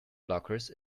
blockers